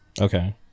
okay